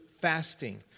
Fasting